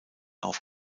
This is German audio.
auf